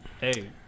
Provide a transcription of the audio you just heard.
Hey